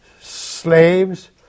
slaves